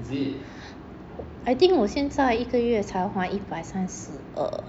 I think 我现在一个月才还一百三十二